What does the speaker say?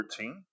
13